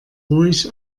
ruhig